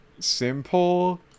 Simple